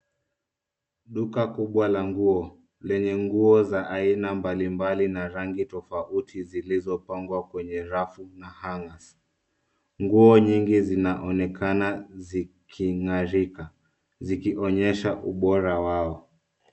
Duka kubwa la nguo lenye nguo za aina mbalimbali na rangi tofauti zilizopangwa kwenye rafu na hangers . Nguo zinaonekana zikiimarika zikionyesha ubora wao.